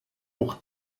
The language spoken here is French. pour